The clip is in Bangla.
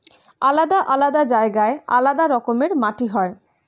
আলাদা আলাদা জায়গায় আলাদা রকমের মাটি হয়